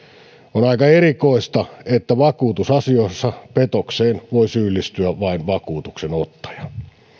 on aika erikoista että vakuutusasioissa petokseen voi syyllistyä vain vakuutuksenottaja